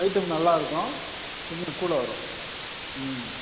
item நல்லாயிருக்கும் கொஞ்சம் கூட வரும் ம்